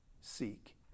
seek